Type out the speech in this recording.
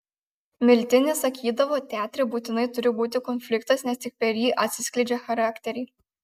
miltinis sakydavo teatre būtinai turi būti konfliktas nes tik per jį atsiskleidžia charakteriai